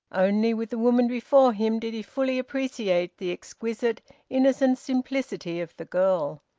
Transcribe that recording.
only with the woman before him did he fully appreciate the exquisite innocent simplicity of the girl.